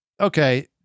okay